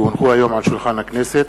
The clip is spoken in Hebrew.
כי הונחו היום על שולחן הכנסת,